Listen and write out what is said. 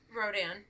Rodan